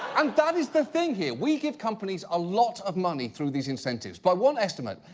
and that is the thing here. we give companies a lot of money through these incentives. by one estimate,